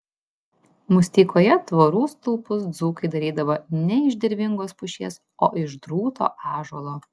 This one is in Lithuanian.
musteikoje tvorų stulpus dzūkai darydavo ne iš dervingos pušies o iš drūto ąžuolo